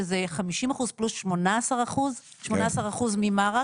שזה 50% פלוס 18% ממה?